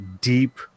deep